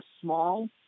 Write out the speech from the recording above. small